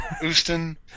Houston